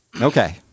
Okay